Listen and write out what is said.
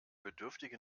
bedürftige